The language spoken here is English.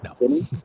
No